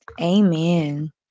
Amen